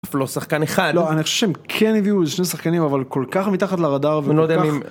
לא שחקן אחד לא אני חושב כן הביאו לי שני שחקנים אבל כל כך מתחת לרדאר ולא יודע